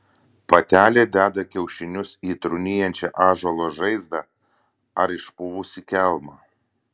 patelė deda kiaušinius į trūnijančią ąžuolo žaizdą ar išpuvusį kelmą